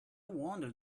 wonder